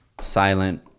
silent